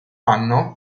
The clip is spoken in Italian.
anno